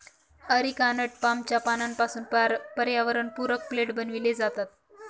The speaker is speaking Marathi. अरिकानट पामच्या पानांपासून पर्यावरणपूरक प्लेट बनविले जातात